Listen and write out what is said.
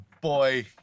boy